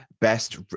best